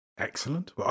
Excellent